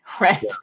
right